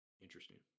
Interesting